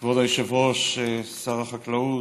כבוד היושב-ראש, שר החקלאות,